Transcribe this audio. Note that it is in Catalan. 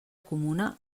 comuna